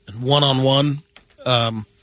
one-on-one